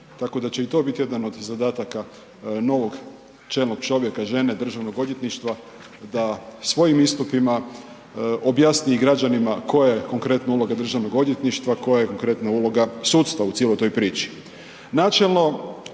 Tako da će i to biti jedan od zadataka novog čelnog čovjeka, žene, DORH-a da svojim istupima objasni građanima koja je konkretno uloga DORH-a, koja je konkretno uloga sudstva u cijeloj toj priči.